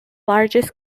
largest